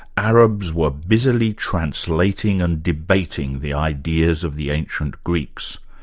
arabs were busily translating and debating the ideas of the ancient greeks.